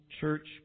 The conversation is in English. church